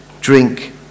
drink